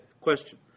question